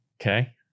Okay